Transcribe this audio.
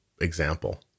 example